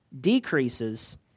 decreases